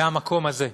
מהמקום הזה,